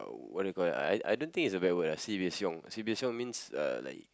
what do you call that I I don't think its a bad word ah sibeh xiong sibeh xiong means uh like